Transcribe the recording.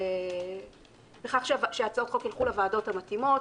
ולכך שהצעות חוק יילכו לוועדות המתאימות.